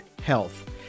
health